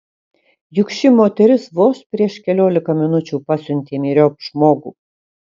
juk ši moteris vos prieš keliolika minučių pasiuntė myriop žmogų